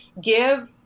Give